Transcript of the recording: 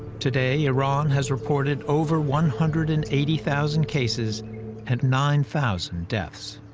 today, iran has reported over one hundred and eighty thousand cases and nine thousand deaths.